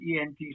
ENT